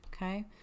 Okay